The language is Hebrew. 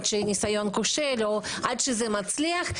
שיש ניסיון כושל או עד שזה מצליח.